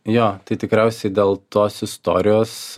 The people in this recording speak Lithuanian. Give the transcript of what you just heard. jo tai tikriausiai dėl tos istorijos